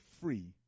free